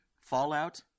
fallout